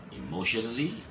emotionally